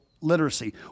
literacy